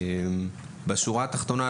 בשורה התחתונה,